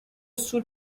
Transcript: sul